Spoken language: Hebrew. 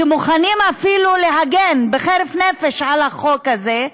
שמוכנים אפילו להגן בחירוף נפש על החוק הזה,